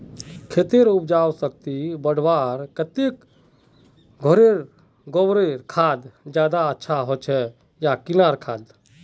खेतेर उपजाऊ शक्ति बढ़वार केते घोरेर गबर खाद ज्यादा अच्छा होचे या किना खाद?